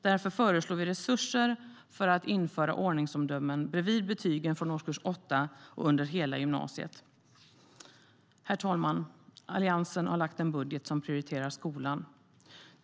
Därför föreslår vi resurser för att införa ordningsomdömen bredvid betygen från årskurs 8 och under hela gymnasiet. Herr talman! Alliansen har lagt fram en budget som prioriterar skolan.